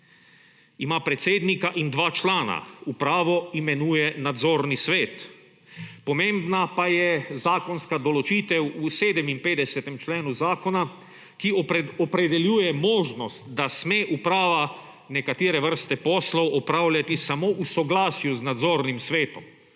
Ima predsednika in dva člana. Upravo imenuje nadzorni svet. Pomembna pa je zakonska določitev v 57. členu zakona, ki opredeljuje možnost, da sme uprava nekatere vrste poslov opravljati samo v soglasju z nadzornim svetom.